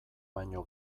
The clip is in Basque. baino